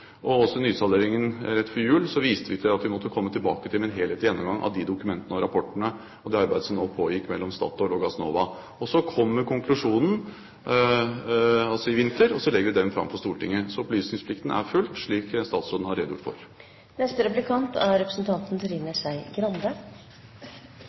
Også i forbindelse med nysalderingen rett før jul viste vi til at vi måtte komme tilbake med en helhetlig gjennomgang av de dokumentene og rapportene og det arbeidet som nå pågikk mellom Statoil og Gassnova. Og så kommer konklusjonen i vinter, og så legger vi den fram for Stortinget. Så opplysningsplikten er fulgt, slik statsråden har redegjort for. Det er